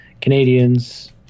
Canadians